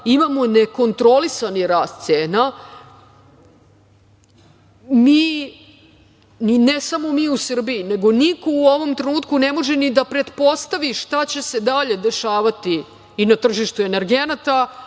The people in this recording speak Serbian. imamo nekontrolisani rast cena. Ne samo mi u Srbiji, nego niko u ovom trenutku ne može ni da pretpostavi šta će se dalje dešavati i na tržištu energenata,